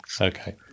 Okay